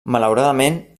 malauradament